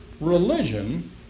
religion